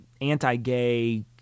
anti-gay